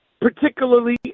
particularly